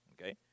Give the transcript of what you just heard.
okay